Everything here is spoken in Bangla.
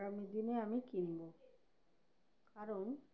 আগামী দিনে আমি কিনবো কারণ